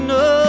no